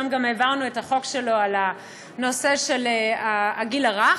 שהיום גם העברנו את החוק שלו בנושא של הגיל הרך.